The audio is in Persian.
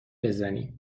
بزنی